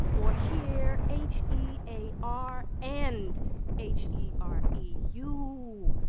or hear, h e a r and h e r e. you,